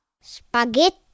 Spaghetti